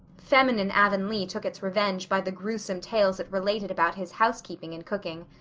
feminine avonlea took its revenge by the gruesome tales it related about his house-keeping and cooking.